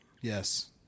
Yes